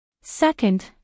Second